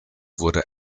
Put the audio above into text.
wurde